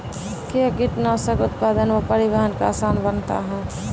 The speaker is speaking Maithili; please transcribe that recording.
कया कीटनासक उत्पादन व परिवहन को आसान बनता हैं?